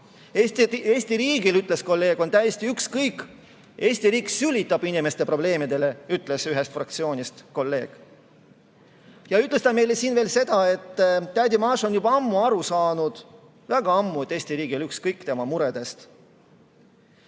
Eesti riigil, ütles kolleeg, on täiesti ükskõik. Eesti riik sülitab inimeste probleemidele, ütles kolleeg ühest fraktsioonist. Ütles ta meile siin veel seda, et tädi Maša on juba ammu aru saanud, väga ammu, et Eesti riigil on ükskõik tema muredest.